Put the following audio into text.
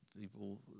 people